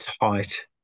tight